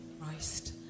Christ